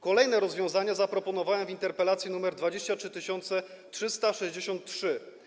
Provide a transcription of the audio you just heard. Kolejne rozwiązania zaproponowałem w interpelacji nr 23363.